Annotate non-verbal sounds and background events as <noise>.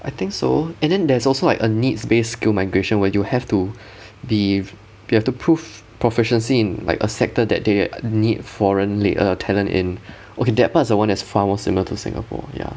I think so and then there's also like a needs based skilled migration where you have to <breath> be with~ you have to prove proficiency in like a sector that they err need foreign laid~ err talent in okay that part is the one that is far more similar to singapore ya